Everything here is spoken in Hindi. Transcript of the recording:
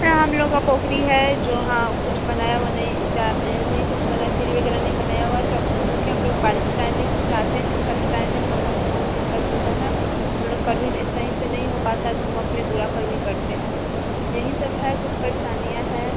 यहाँ हम लोग का पोखरी है जहाँ कुछ बनाया मैंने जा नहीं कुछ बना सीढ़ी वगैरह नहीं बनाया होगा कब क्योंकि हम लोग बारिश के टाइम में जाते हैं छठ टाइम में तो हम लोग को बहुत दिक्कत होती है हम लोग कर भी नहीं सही से नहीं हो पाता है तो हम अपने दूरा पर भी करते हैं यहीं सब है कुछ परेशानियाँ हैं